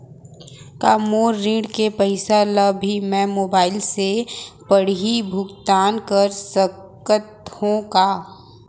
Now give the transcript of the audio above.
का मोर ऋण के पइसा ल भी मैं मोबाइल से पड़ही भुगतान कर सकत हो का?